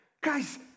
Guys